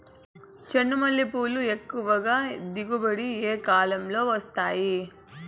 చెండుమల్లి పూలు ఎక్కువగా దిగుబడి ఏ కాలంలో వస్తాయి